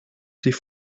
sie